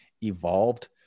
evolved